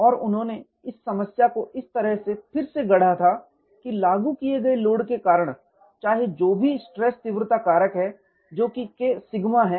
और उन्होंने इस समस्या को इस तरह से फिर से गढ़ा था कि लागू किये गए लोड के कारण चाहे जो भी स्ट्रेस तीव्रता कारक है जो कि K सिग्मा है